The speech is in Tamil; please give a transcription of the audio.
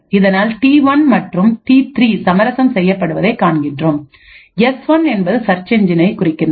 இதனால் T1 மற்றும் T3 சமரசம் செய்யப்படுவதைக் காண்கிறோம் S1 என்பது சர்ச் எஞ்சினை குறிக்கின்றது